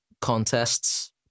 contests